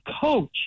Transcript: coach